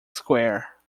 square